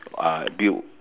uh build